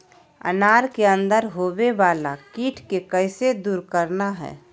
अनार के अंदर होवे वाला कीट के कैसे दूर करना है?